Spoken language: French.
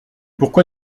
pourquoi